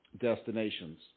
destinations